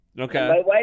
Okay